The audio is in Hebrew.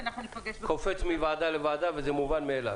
קופץ מוועדה לוועדה וזה מובן מאליו.